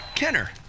Kenner